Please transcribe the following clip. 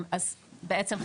אז בעצם,